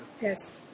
yes